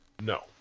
No